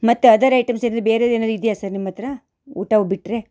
ಮತ್ತು other items ಏನಾರೂ ಬೇರೇದು ಏನಾದ್ರೂ ಇದೆಯ ಸರ್ ನಿಮ್ಮ ಹತ್ತಿರ ಊಟ ವ್ ಬಿಟ್ಟರೆ